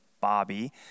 Bobby